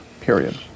Period